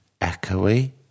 echoey